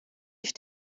ich